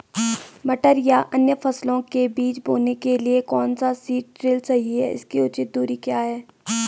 मटर या अन्य फसलों के बीज बोने के लिए कौन सा सीड ड्रील सही है इसकी उचित दूरी क्या है?